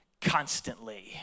constantly